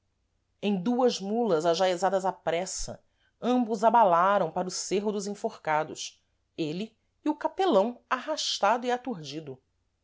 em duas mulas ajaezadas à pressa ambos abalaram para o cêrro dos enforcados êle e o capelão arrastado e aturdido